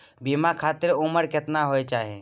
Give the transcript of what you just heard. बीमा खातिर उमर केतना होय चाही?